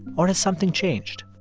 or has something changed?